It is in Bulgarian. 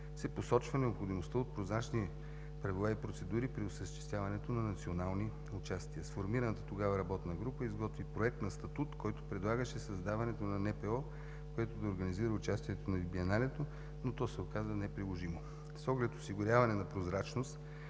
се посочва необходимостта от прозрачни правила и процедури при осъществяването на национални участия. Сформираната тогава работна група изготви Проект на статут, който предлагаше създаването на НПО, което да организира участието ни в Биеналето, но то се оказа неприложимо. С оглед осигуряване на прозрачност